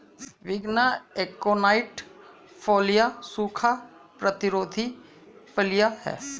विग्ना aconitifolia सूखा प्रतिरोधी फलियां हैं